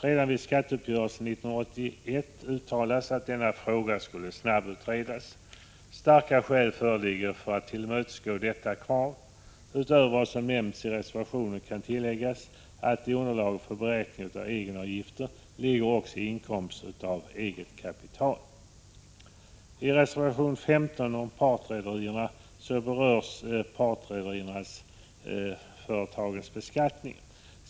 Redan vid skatteuppgörelsen 1981 uttalades att denna fråga skulle snabbutredas. Starka skäl föreligger för att tillmötesgå detta krav. Utöver vad som nämns i reservationen kan tilläggas att i underlaget för beräkning av egenavgifter ligger också inkomst av eget kapital. I reservation 15 om partrederi berörs beskattningen av partrederiföretagen.